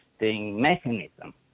mechanism